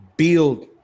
Build